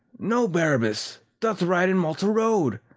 know, barabas, doth ride in malta-road,